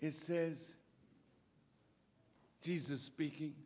he says jesus speaking